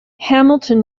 hamilton